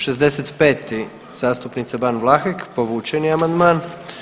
65. zastupnica Ban Vlahek, povučen je amandman.